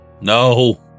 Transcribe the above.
No